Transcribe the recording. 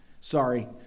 sorry